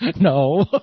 no